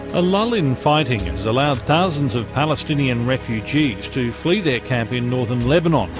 a lull in fighting has allowed thousands of palestinian refugees to flee their camp in northern lebanon.